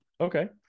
Okay